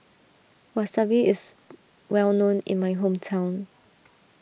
Wasabi is well known in my hometown